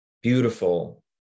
beautiful